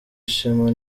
ishema